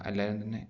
എല്ലാവരും തന്നെ